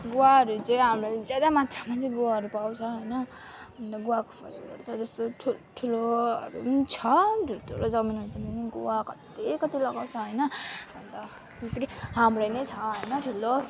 गुवाहरू चाहिँ हाम्रो ज्यादा मात्रामा चाहिँ गुवाहरू पाउँछ होइन अन्त गुवाको फसलहरू चाहिँ जस्तो ठुल्ठुलोहरू पनि छ ठुल्ठुलो जमिनहरूमा पनि गुवा कत्ति कत्ति लगाउँछ होइन अन्त जस्तै कि हाम्रो नै छ होइन ठुलो